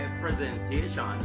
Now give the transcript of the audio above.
presentation